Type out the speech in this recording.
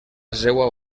seua